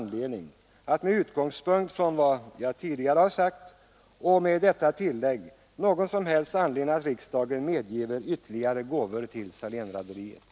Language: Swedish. Med utgångspunkt i vad jag tidigare har sagt och med detta tillägg tycker jag att det inte finns någon som helst anledning att riksdagen medger ytterligare gåvor till Salénrederierna.